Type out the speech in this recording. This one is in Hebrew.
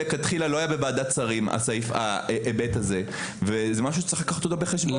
מלכתחילה לא היה בוועדת שרים וזה משהו שצריך לקחת אותו בחשבון.